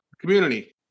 community